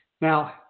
Now